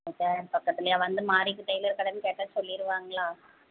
பக்கத்திலையா வந்து மாலிக் டைலர் கடைன்னு கேட்டால் சொல்லிடுவாங்களா